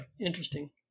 interesting